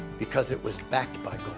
because it was backed by